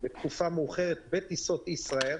בתקופה מאוחרת בטיסות ישראייר,